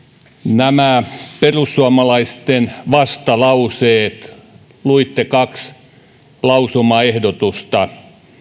nämä perussuomalaisten vastalauseet luitte kaksi lausumaehdotusta